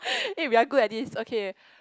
eh we are good at this okay